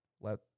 let